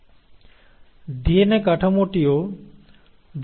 DNA কাঠামোটিও 2 টি strand complementary